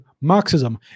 Marxism